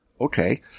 Okay